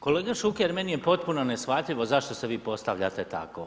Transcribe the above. Kolega Šuker meni je potpuno neshvatljivo zašto se vi postavljate tako.